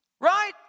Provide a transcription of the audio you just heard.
Right